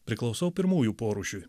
priklausau pirmųjų porūšiui